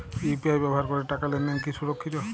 UPI ব্যবহার করে টাকা লেনদেন কি সুরক্ষিত?